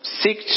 seek